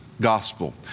gospel